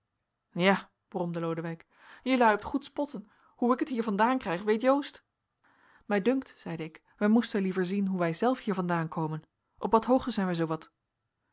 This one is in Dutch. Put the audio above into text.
ja bromde lodewijk jelui hebt goed spotten hoe ik het hier vandaan krijg weet joost mij dunkt zeide ik wij moesten liever zien hoe wij zelf hier vandaan komen op wat hoogte zijn wij zoowat